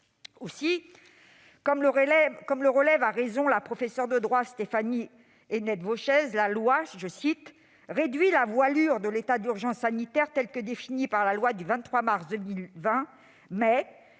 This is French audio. Aussi, comme le relève à raison la professeure de droit, Stéphanie Hennette-Vauchez :« [La loi] réduit la voilure de l'état d'urgence sanitaire tel que défini par la loi du 23 mars 2020, mais